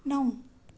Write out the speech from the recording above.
नौ